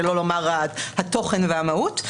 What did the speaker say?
שלא לומר התוכן והמהות.